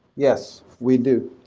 yes, we do.